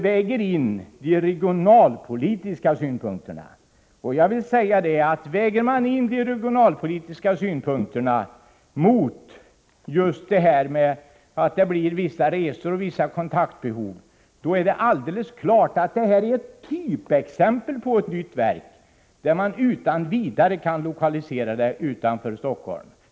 Väger man de regionalpolitiska synpunkterna mot att det blir vissa resor och uppstår vissa kontaktbehov är detta typexemplet på ett nytt verk som utan vidare kan lokaliseras utanför Stockholm.